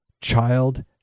child